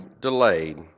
delayed